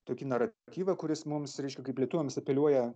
tokį naratyvą kuris mums reiškia kaip lietuviams apeliuoja